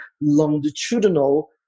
longitudinal